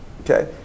Okay